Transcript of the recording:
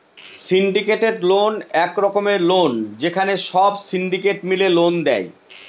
syndicated loan এক রকমের loan যেখানে সব সিন্ডিকেট মিলে লোন দেয়